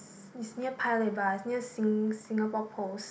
is it's near Paya Lebar it's near Sing~ Singapore-Post